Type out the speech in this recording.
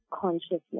consciousness